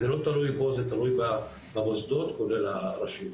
זה לא תלוי בו זה תלוי במוסדות כולל הרשויות.